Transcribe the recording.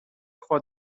خود